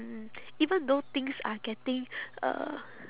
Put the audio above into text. mm even though things are getting uh